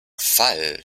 fall